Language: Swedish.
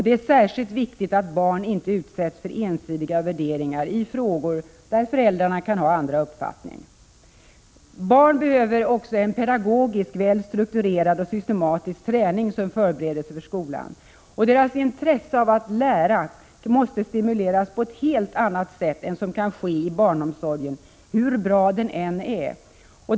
Det är särskilt viktigt att barnen inte utsätts för ensidiga värderingar i frågor där föräldrarna kan ha andra uppfattningar. Barn behöver också en pedagogisk, väl strukturerad och systematisk träning som förberedelse för skolan. Deras intresse av att lära måste stimuleras på ett helt annat sätt än som kan ske i barnomsorgen, hur bra denna än är.